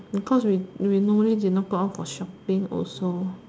because we we normally did not go out for shopping also